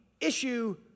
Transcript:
issue